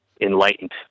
enlightened